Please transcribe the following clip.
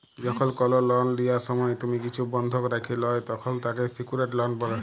যখল কল লন লিয়ার সময় তুমি কিছু বনধক রাখে ল্যয় তখল তাকে স্যিক্যুরড লন বলে